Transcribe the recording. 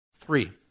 Three